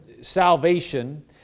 salvation